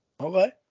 Okay